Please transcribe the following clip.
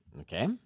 Okay